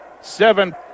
Seven